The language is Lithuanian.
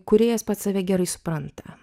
kūrėjas pats save gerai supranta